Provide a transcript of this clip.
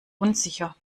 unsicher